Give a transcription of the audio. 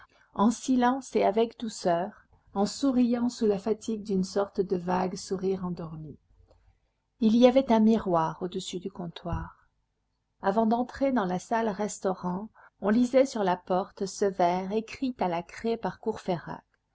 en silence et avec douceur en souriant sous la fatigue d'une sorte de vague sourire endormi il y avait un miroir au-dessus du comptoir avant d'entrer dans la salle restaurant on lisait sur la porte ce vers écrit à la craie